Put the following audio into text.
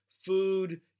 food